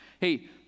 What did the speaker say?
hey